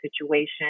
situation